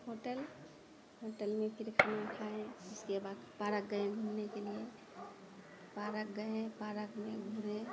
hotel होटलमे फिर खाना खाए उसके बाद पारक गए घूमने के लिए पारक गए पारकमे घूमे